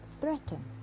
threaten